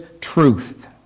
truth